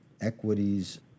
equities